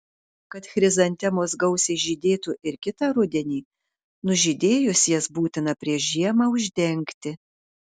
kad chrizantemos gausiai žydėtų ir kitą rudenį nužydėjus jas būtina prieš žiemą uždengti